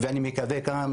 ואני מקווה כאן,